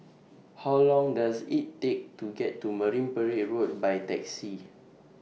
How Long Does IT Take to get to Marine Parade Road By Taxi